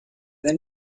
than